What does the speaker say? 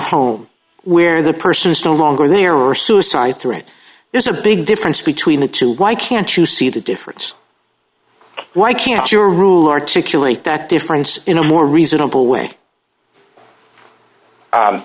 home where the person is no longer there are suicide threats there's a big difference between the two why can't you see the difference why can't your rule articulate that difference in a more reasonable way